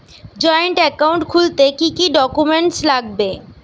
Joint account খুলতে কি কি ডকুমেন্টস লাগবে?